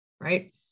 right